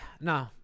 no